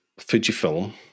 Fujifilm